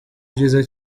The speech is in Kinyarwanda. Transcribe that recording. byiza